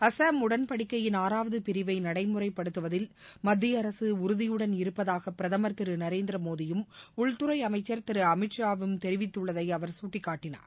அசாம் உடன்படிக்கையின் ஆறாவது பிரிவை நடைமுறைப்படுத்துவதில் மத்திய அரசு உறுதியுடன் இருப்பதாக பிரதமர் திரு நரேந்திரமோடியும் உள்துறை அமைச்சர் திரு அமித் ஷா வும் தெரிவித்துள்ளதை அவர் சுட்டிக் காட்டினார்